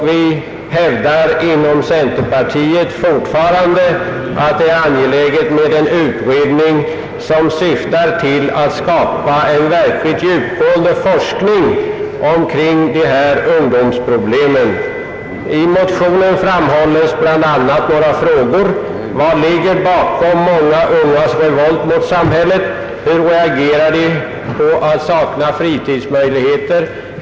Vi inom centerpartiet hävdar fortfarande att det är angeläget med en utredning som syftar till att skapa en verkligt djupgående forskning om ungdomsproblemen. I motionen framhålls bl.a. några frågor. Vad ligger bakom många ungas revolt mot samhället? Hur reagerar de på att sakna fritidsmöjligheter?